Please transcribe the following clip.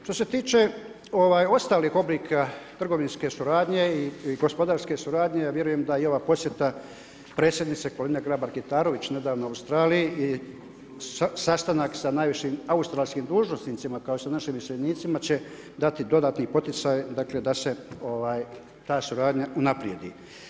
Što se tiče ostalih oblika trgovinske suradnje i gospodarske suradnje, ja vjerujem da i ova posjeta predsjednice Kolinde Grabar Kitarović, nedavno u Australiji i sastanak sa najvišim australskim dužnosnicima, kao i sa našim iseljenicima, će dati dodatni poticaj da se suradnja unaprijedi.